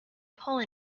pole